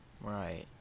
Right